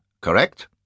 correct